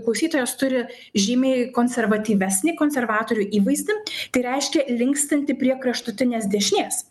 klausytojas turi žymiai konservatyvesnį konservatorių įvaizdinti tai reiškia linkstantį prie kraštutinės dešinės